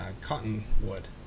cottonwood